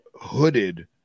hooded